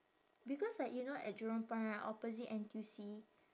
because like you know at jurong point right opposite N_T_U_C